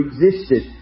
existed